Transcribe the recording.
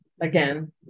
again